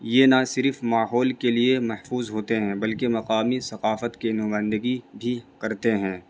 یہ نہ صرف ماحول کے لیے محفوظ ہوتے ہیں بلکہ مقامی ثقافت کے نمائندگی بھی کرتے ہیں